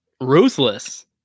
Ruthless